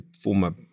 former